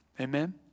Amen